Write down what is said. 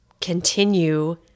continue